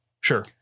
Sure